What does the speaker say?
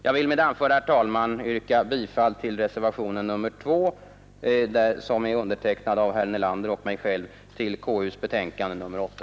Med det anförda, herr talman, yrkar jag bifall till reservationen 2 av herr Nelander och mig själv vid KU:s betänkande nr 8.